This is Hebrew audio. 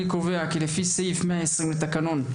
אני קובע כי לפי סעיף 120 לתקנון,